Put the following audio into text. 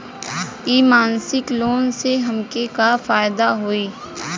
इ मासिक लोन से हमके का फायदा होई?